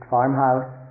Farmhouse